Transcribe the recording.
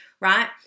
right